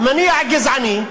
המניע הגזעני,